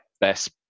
best